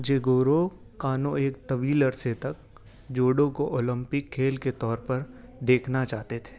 Jigoro Kano ایک طویل عرصے تک جوڈو کو اولمپک کھیل کے طور پر دیکھنا چاہتے تھے